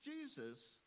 Jesus